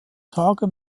tage